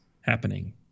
happening